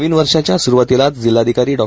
नवीन वर्षाच्या सुरवातीलाच जिल्हाधिकारी डॉ